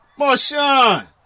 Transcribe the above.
Marshawn